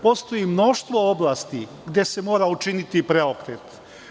Postoji mnoštvo oblasti gde se mora učiniti preokret.